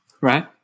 right